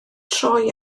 troi